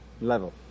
level